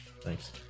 Thanks